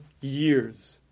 years